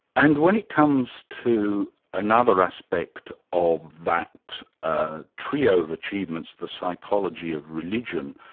and when it comes to another aspect of that ah trio of achievements, the psychology of religion,